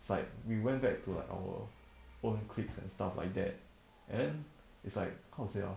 it's like we went back to like our own cliques and stuff like that and then it's like how to say ah